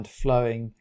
flowing